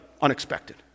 Unexpected